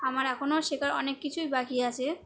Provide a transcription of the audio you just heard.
আমার এখনও শেখার অনেক কিছুই বাকি আছে